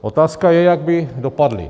Otázka je, jak by dopadli.